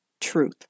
truth